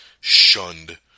shunned